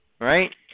right